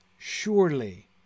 surely